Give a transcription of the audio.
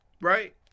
right